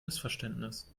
missverständnis